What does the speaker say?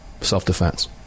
self-defense